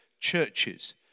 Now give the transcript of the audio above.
churches